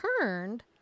turned